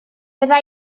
bydda